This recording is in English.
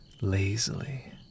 lazily